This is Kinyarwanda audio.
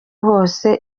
hose